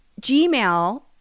Gmail